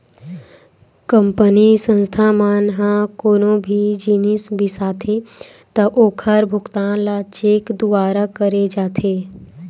company, संस्था मन ह कोनो भी जिनिस बिसाथे त ओखर भुगतान ल चेक दुवारा करे जाथे